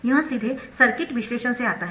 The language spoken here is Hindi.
यह सीधे सर्किट विश्लेषण से आता है